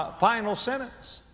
ah final sentence.